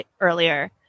earlier